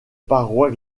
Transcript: parois